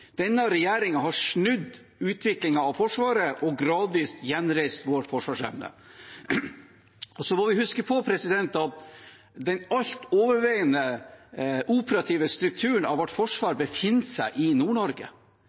Denne regjeringen har snudd utviklingen av Forsvaret, og gradvis gjenreist vår forsvarsevne. Vi må huske på at den alt overveiende operative strukturen av vårt forsvar befinner seg i